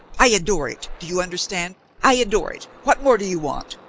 i adore it, do you understand? i adore it. what more do you want?